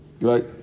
right